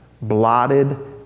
Blotted